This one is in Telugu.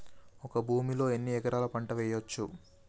ఒక భూమి లో ఎన్ని రకాల పంటలు వేయచ్చు?